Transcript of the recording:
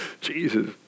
Jesus